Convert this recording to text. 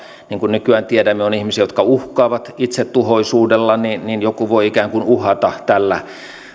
niin kuin nykyään tiedämme on ihmisiä jotka uhkaavat itsetuhoisuudella ja joku voi ikään kuin uhata tällä